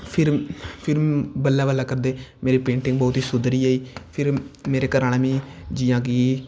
फिर बल्लैं बल्लैं करदे मेरी पेंटिंग बौह्त ही सुदरी गेई फिर मेरे घर आह्लैं मिगी जियां कि